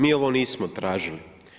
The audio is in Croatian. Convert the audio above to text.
Mi ovo nismo tražili.